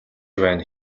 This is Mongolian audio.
байна